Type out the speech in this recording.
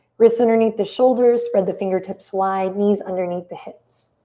wrists underneath the shoulders. spread the fingertips wide. knees underneath the hips.